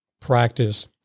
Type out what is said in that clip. practice